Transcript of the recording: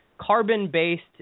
carbon-based